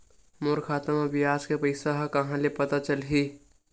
मोर खाता म ब्याज के पईसा ह कहां ले पता चलही?